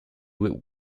with